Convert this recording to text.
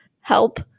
help